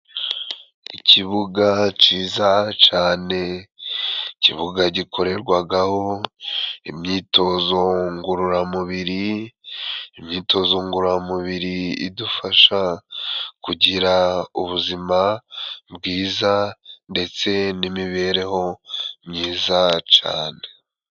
Ikibuga ciza cane ikibuga gikorerwagaho imyitozo ngororamubiri, imyitozo ngororamubiri idufasha kugira ubuzima bwiza ndetse n'imibereho myiza cane.